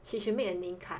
she should make a name card